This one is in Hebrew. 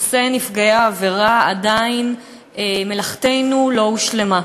בנושא נפגעי העבירה עדיין מלאכתנו לא הושלמה.